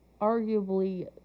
Arguably